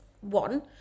one